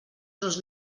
los